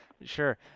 Sure